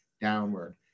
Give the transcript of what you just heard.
downward